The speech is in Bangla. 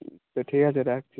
তো ঠিক আছে রাখছি